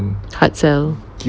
hard sell